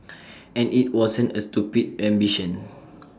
and IT wasn't A stupid ambition